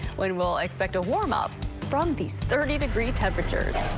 when we'll expect a warmup from these thirty degree temperatures.